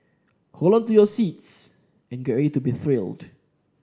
hold on to your seats and get ready to be thrilled